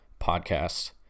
podcast